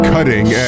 Cutting